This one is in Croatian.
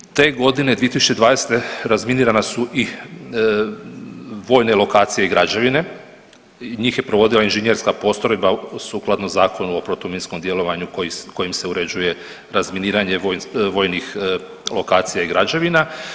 I te godine 2020. razminirane su vojne lokacije i građevine, njih je provodila Inženjerska postrojba sukladno Zakonu o protuminskom djelovanju kojim se uređuje razminiranje vojnih lokacija i građevina.